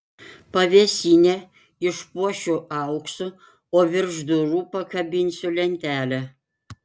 pavėsinę išpuošiu auksu o virš durų pakabinsiu lentelę